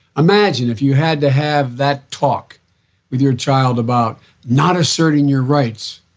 imagine if you had to have that talk with your child about not asserting your rights,